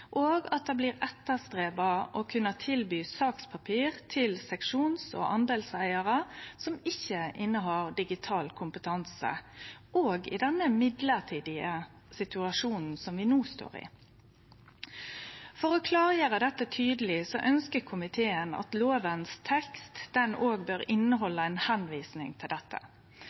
og at det blir streva etter å kunne tilby sakspapir til seksjons- og deleigarar som ikkje innehar digital kompetanse, òg i denne mellombelse situasjonen vi no står i. For å klargjere dette tydeleg ønskjer komiteen at lovens tekst òg bør vise til dette. Med dette